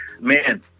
Man